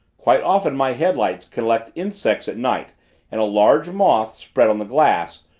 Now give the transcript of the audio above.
quite often my headlights collect insects at night and a large moth, spread on the glass,